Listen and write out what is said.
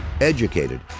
Educated